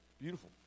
Beautiful